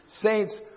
saints